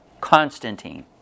Constantine